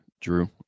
Drew